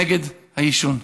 נגד העישון.